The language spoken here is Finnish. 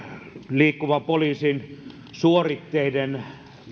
liikkuvan poliisin suoritteiden